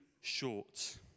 short